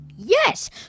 Yes